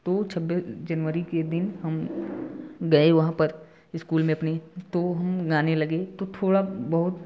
तो छब्बीस जनवरी के दिन हम गए वहाँ पर स्कूल में अपनी तो हम गाने लगे तो थोड़ा बहुत